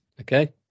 Okay